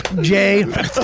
Jay